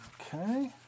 Okay